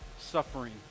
suffering